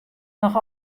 noch